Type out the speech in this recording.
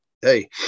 Hey